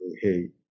hey